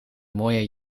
mooie